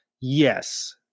Yes